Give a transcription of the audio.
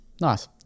Nice